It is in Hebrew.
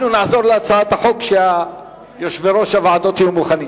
אנחנו נחזור להצעות החוק כשיושבי-ראש הוועדות יהיו מוכנים.